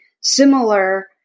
similar